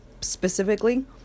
specifically